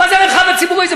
מה זה "המרחב הציבורי"?